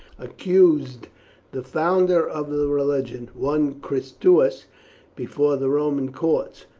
accused the founder of the religion, one christus, before the roman courts,